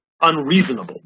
unreasonable